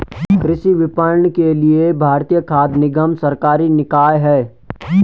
कृषि विपणन के लिए भारतीय खाद्य निगम सरकारी निकाय है